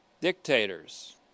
Dictators